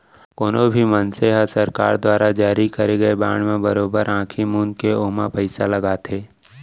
कोनो भी मनसे ह सरकार दुवारा जारी करे गए बांड म बरोबर आंखी मूंद के ओमा पइसा लगाथे